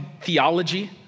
theology